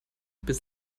bis